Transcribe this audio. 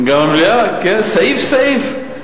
גם המליאה, כן, סעיף-סעיף.